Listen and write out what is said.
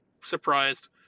surprised